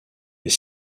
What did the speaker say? est